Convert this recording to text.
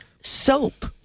soap